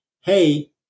hey